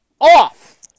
off